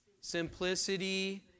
simplicity